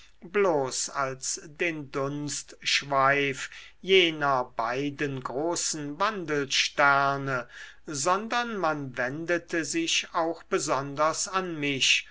bloß als den dunstschweif jener beiden großen wandelsterne sondern man wendete sich auch besonders an mich